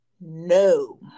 No